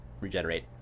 regenerate